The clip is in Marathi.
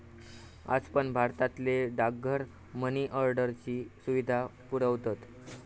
आज पण भारतातले डाकघर मनी ऑर्डरची सुविधा पुरवतत